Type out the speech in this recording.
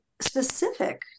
specific